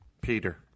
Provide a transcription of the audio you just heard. peter